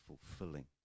fulfilling